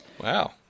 Wow